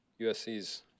USC's